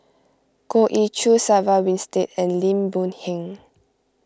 Goh Ee Choo Sarah Winstedt and Lim Boon Heng